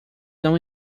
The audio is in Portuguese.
não